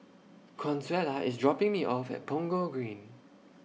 Consuela IS dropping Me off At Punggol Green